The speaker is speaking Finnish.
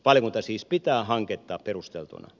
valiokunta siis pitää hanketta perusteltuna